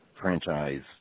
franchise